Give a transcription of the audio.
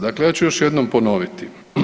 Dakle, ja ću još jednom ponoviti.